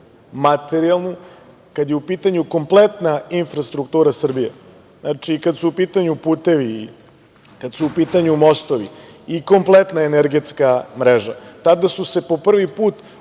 materijalnu štetu, kad je u pitanju kompletna infrastruktura Srbije, znači, kad su u pitanju putevi, kad su u pitanju mostovi i kompletna energetska mreža. Tada su se po prvi put